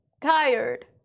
Tired